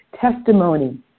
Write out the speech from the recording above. testimony